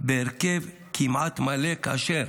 בהרכב כמעט מלא, כאשר